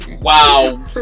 Wow